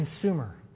consumer